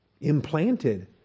Implanted